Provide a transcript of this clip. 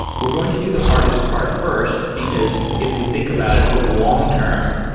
we're going to do the hardest part first, because if we think about it over the long-term,